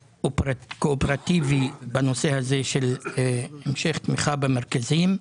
קואופרטיבי בנושא הזה של המשך תמיכה במרכזים.